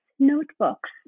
Notebooks